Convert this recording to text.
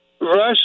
Russia